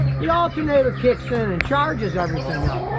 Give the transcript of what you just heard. the alternator kicks in and charges everything up,